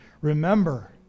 remember